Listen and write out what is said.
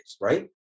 right